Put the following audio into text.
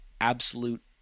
absolute